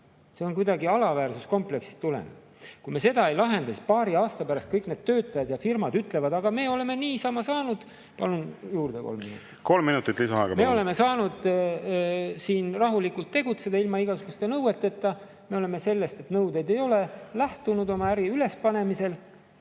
See on kuidagi alaväärsuskompleksist tulenev. Kui me seda ei lahenda, siis paari aasta pärast kõik need töötajad ja firmad ütlevad: "Aga me oleme niisama saanud …" Palun juurde kolm minutit. Kolm minutit lisaaega, palun! Kolm minutit lisaaega, palun! "… siin rahulikult tegutseda ilma igasuguste nõueteta. Me oleme sellest, et nõudeid ei ole, lähtunud oma äri ülespanemisel